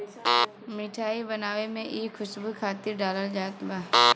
मिठाई बनावे में इ खुशबू खातिर डालल जात बा